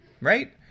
right